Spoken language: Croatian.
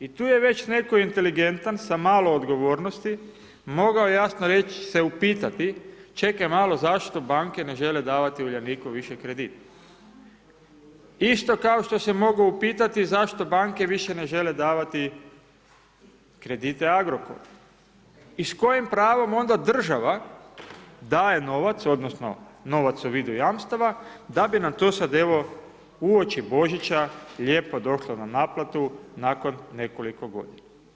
I tu je već netko inteligentan sa malo odgovornosti mogao jasno reć se upitati, čekaj malo zašto banke ne žele davati Uljaniku više kredit, isto kao što se mogao upitati zašto banke više ne žele davati kredite Agrokoru i s kojim pravom onda država daje novac, odnosno novac u vidu jamstava da bi nam to sad evo uoči Božića lijepo došlo na naplatu nakon nekoliko godina.